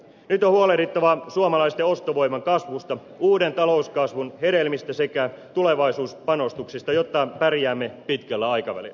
nyt on huolehdittava suomalaisten ostovoiman kasvusta uuden talouskasvun hedelmistä sekä tulevaisuuspanostuksista jotta pärjäämme pitkällä aikavälillä